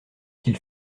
qu’il